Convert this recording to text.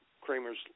Kramer's